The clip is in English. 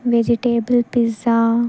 vegetable pizza